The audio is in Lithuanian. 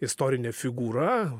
istorinė figūra